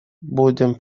будем